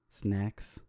snacks